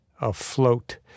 afloat